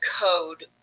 code